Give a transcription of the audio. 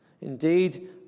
Indeed